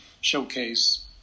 showcase